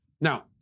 Now